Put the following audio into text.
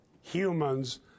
humans